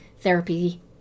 therapy